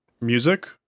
Music